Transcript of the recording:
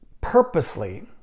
purposely